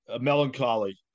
melancholy